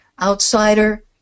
outsider